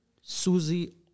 Susie